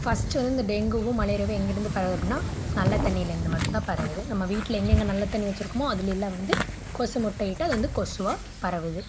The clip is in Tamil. ஃபஸ்ட்டு வந்து இந்த டெங்குவும் மலேரியாவும் எங்கேருந்து பரவுது அப்புடின்னா நல்லத் தண்ணியிலேருந்து மட்டுந்தான் பரவுது நம்ம வீட்டில் எங்கெங்கே நல்லத் தண்ணி வச்சிருக்கோமோ அதில் எல்லாம் வந்து கொசு முட்டையிட்டு அது வந்து கொசுவாக பரவுது